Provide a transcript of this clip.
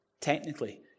technically